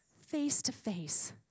face-to-face